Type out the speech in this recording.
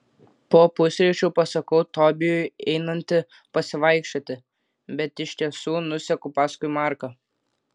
po pusryčių pasakau tobijui einanti pasivaikščioti bet iš tiesų nuseku paskui marką